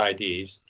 IDs